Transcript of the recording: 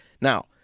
Now